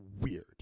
weird